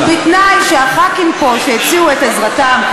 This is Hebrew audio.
ובתנאי שחברי הכנסת פה שהציעו את עזרתם,